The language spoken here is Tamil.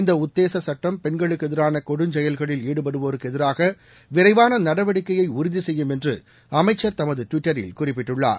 இந்த உத்தேச சட்டம் பெண்களுக்கு எதிரான கெடுஞ்செயல்களில் ஈடுபடுவோருக்கு எதிராக விரைவான நடவடிக்கையை உறுதி செய்யும் என்று அமைச்ச் தமது டுவிட்டரில் குறிப்பிட்டுள்ளார்